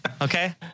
okay